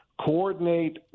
coordinate